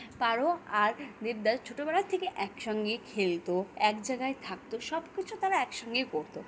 পারো আর দেবদাস ছোটোবেলা থেকে একসঙ্গে খেলতো এক জায়গায় থাকতো সব কিছু তারা একসঙ্গে করতো